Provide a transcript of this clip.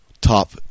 top